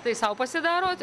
tai sau pasidarot